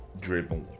dribble